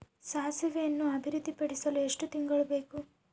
ಸಾಸಿವೆಯನ್ನು ಅಭಿವೃದ್ಧಿಪಡಿಸಲು ಎಷ್ಟು ತಿಂಗಳು ಬೇಕು?